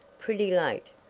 pretty late,